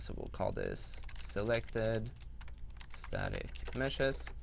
so we'll call this selected static meshes.